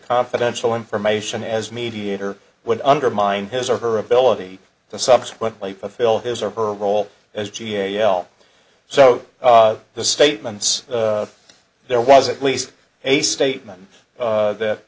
confidential information as mediator would undermine his or her ability to subsequently fulfill his or her role as g a o l so the statements there was at least a statement that